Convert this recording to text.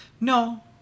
no